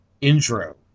intro